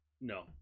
no